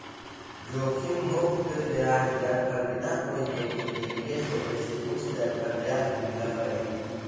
जोखिम मुक्त ब्याज दर पर बिना कोई जोखिम के निवेश होवे से उच्च दर पर ब्याज मिलऽ हई